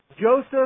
Joseph